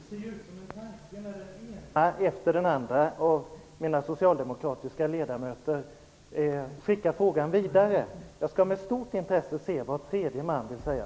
Herr talman! Det ser ut som en tanke, när den ena efter den andra av de socialdemokratiska ledamöterna skickar frågan vidare. Jag skall med stort intresse höra vad tredje man vill säga.